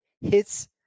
Hits